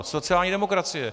Sociální demokracie.